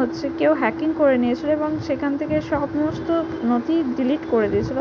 হচ্ছে কেউ হ্যাকিং করে নিয়েছিল এবং সেখান থেকে সমস্ত নথি ডিলিট করে দিয়েছিল